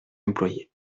employés